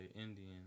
Indian